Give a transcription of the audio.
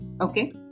Okay